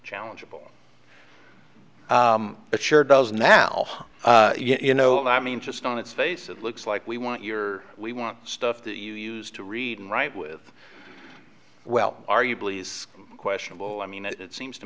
challengeable it sure does now you know i mean just on its face it looks like we want your we want stuff that you used to read and write with well are you please questionable i mean it seems to